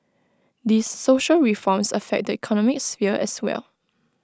these social reforms affect the economic sphere as well